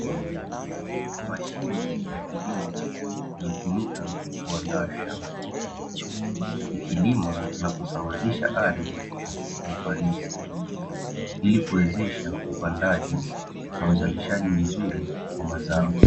Mashine ya kilimo inatumika kuandaa shamba ikilima na kusawazisha ardhi kwa ufanisi ili kuwezesha upandaji na uzalishaji mzuri wa mazao.